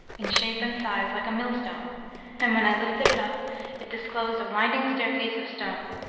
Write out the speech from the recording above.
in shape and size like a millstone and when i lifted it up it disclosed a winding staircase of stone.